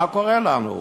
מה קורה לנו?